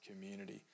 community